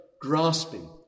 grasping